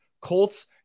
Colts